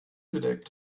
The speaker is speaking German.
gedeckt